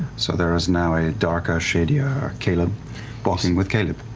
so there is now a darker, shadier caleb walking with caleb.